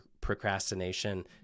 procrastination